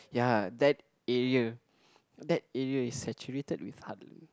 ya that area that area is saturated with heartlander